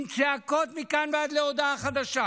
עם צעקות מכאן ועד להודעה חדשה,